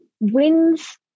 wins